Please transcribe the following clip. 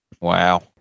Wow